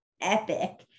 epic